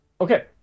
Okay